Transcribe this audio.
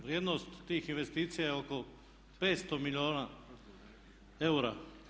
Vrijednost tih investicija je oko 500 milijuna eura.